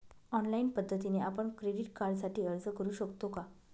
Online पद्धतीने आपण credit कार्डसाठी अर्ज करु शकतो का?